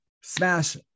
smash